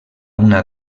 una